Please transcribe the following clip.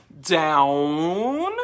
down